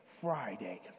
Friday